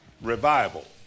revival